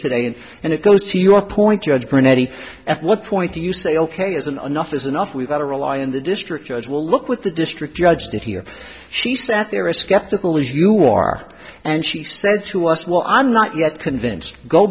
today and and it goes to your point judge pernetti at what point do you say ok isn't enough is enough we've got to rely on the district judge will look with the district judge did he or she sat there is skeptical as you are and she said to us well i'm not yet convinced go